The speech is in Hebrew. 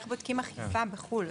איך בודקים אכיפה בחו"ל?